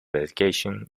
education